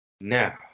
Now